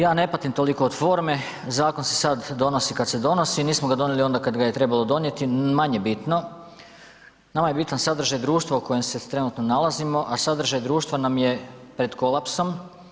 Ja ne patim toliko od forme, zakon se sad donosi kad se donosi, nismo ga donijeli onda kad ga je trebalo donijeti, manje bitno, nama je bitan sadržaj društva u kojem se trenutno nalazimo, a sadržaj društva nam je pred kolapsom.